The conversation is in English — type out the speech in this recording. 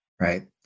Right